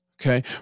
Okay